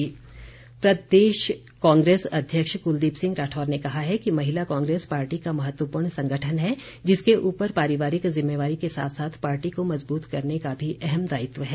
महिला कांग्रेस प्रदेश कांग्रेस अध्यक्ष कुलदीप सिंह राठौर ने कहा है कि महिला कांग्रेस पार्टी का महत्वपूर्ण संगठन है जिसके ऊपर पारिवारिक जिम्मेवारी के साथ साथ पार्टी को मज़बूत करने का भी अहम दायित्व है